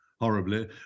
Horribly